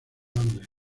londres